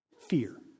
Fear